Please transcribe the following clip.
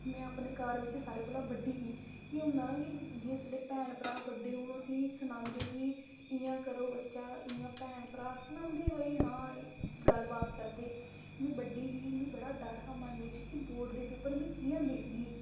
में अपने घर बिच सारें कोला बड्डी ही इ'यै होंदा ना कि जेह्ड़े साढ़े भैन भ्राऽ बड्डे होन असेंगी सनांदे कि इ'यां करो बच्चा इ'यां भैन भ्राऽ सनांदे भाई हां गल्लबात करदे में बड्डी ही बड़ा डर हा मन बिच कि बोर्ड दे पेपर मीं कि'यां लिखगी